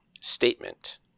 statement